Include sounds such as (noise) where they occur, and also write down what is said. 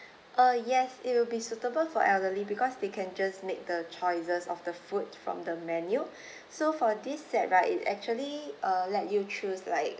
uh yes it will be suitable for elderly because they can just make the choices of the food from the menu (breath) so for this set right it actually uh let you choose like